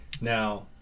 Now